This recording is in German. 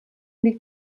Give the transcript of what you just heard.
liegt